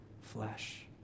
flesh